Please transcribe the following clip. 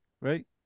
right